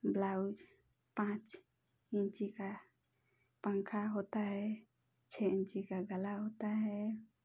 blouse पाँच इंची का पंखा होता है छः इंची का गला होता है